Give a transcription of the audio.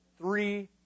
three